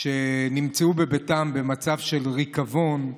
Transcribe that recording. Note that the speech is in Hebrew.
שנמצאו בביתם במצב של ריקבון.